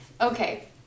Okay